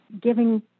giving